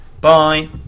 Bye